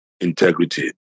Integrity